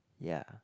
ya